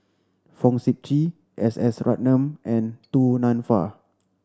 Fong Sip Chee S S Ratnam and Du Nanfa